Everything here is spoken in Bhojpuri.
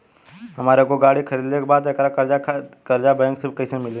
हमरा एगो गाड़ी खरीदे के बा त एकरा खातिर कर्जा बैंक से कईसे मिली?